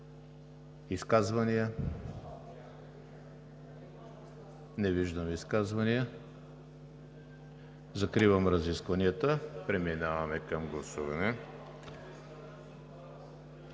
изказвания? Не виждам. Закривам разискванията. Преминаваме към гласуване.